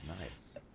Nice